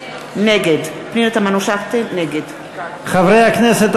נגד חברי הכנסת,